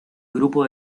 grupo